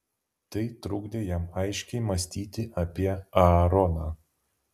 tai trukdė jam aiškiai mąstyti apie aaroną